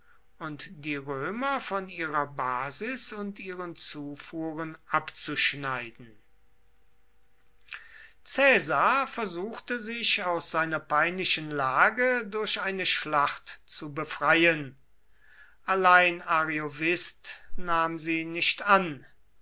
und die römer von ihrer basis und ihren zufuhren abzuschneiden caesar versuchte sich aus seiner peinlichen lage durch eine schlacht zu befreien allein ariovist nahm sie nicht an